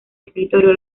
escritorio